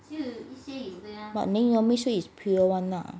but 没有 make sure it's pure [one] lah